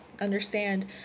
understand